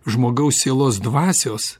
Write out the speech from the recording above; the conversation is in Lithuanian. žmogaus sielos dvasios